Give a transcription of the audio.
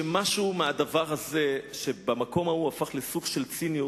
שמשהו מהדבר הזה שבמקום ההוא הפך לסוג של ציניות,